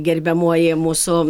gerbiamoji mūsų